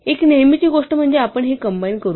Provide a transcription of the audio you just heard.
एक नेहमीची गोष्ट म्हणजे आपण हे कम्बाईन करू